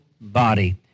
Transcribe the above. body